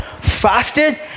fasted